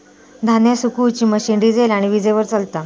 धान्य सुखवुची machine diesel आणि वीजेवर चलता